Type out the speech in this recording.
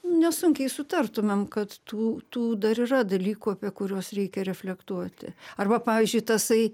nesunkiai sutartumėm kad tų tų dar yra dalykų apie kuriuos reikia reflektuoti arba pavyzdžiui tasai